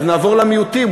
נעבור למיעוטים,